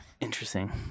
Interesting